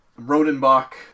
rodenbach